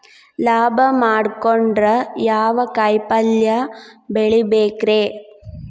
ಲಾಭ ಮಾಡಕೊಂಡ್ರ ಯಾವ ಕಾಯಿಪಲ್ಯ ಬೆಳಿಬೇಕ್ರೇ?